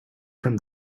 from